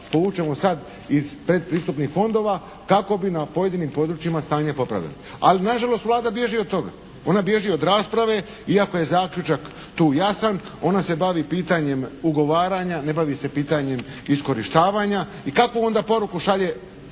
povučemo sada iz predpristupnih fondova kako bi na pojedinim područjima stanje popravili. Ali nažalost, Vlada bježi od toga. Ona bježi od rasprave. Iako je zaključak tu jasan ona se bavi pitanjem ugovaranja, ne bavi se pitanjem iskorištavanja. I kakvu onda poruku šalje